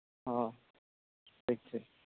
ᱦᱚᱸ ᱴᱷᱤᱠ ᱴᱷᱤᱠ